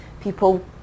People